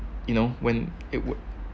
you know when it would